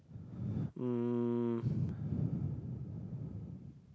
um